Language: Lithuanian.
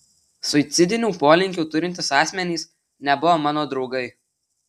suicidinių polinkių turintys asmenys nebuvo mano draugai